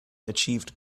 achieved